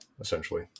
essentially